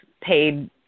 paid